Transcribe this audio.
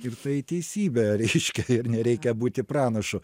ir tai teisybė reiškia ir nereikia būti pranašu